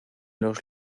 los